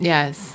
Yes